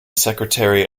secretary